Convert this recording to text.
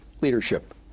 leadership